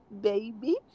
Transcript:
Baby